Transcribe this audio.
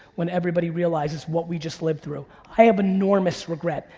when everybody realizes what we just lived through. i have enormous regret.